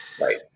right